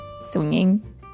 swinging